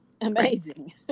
Amazing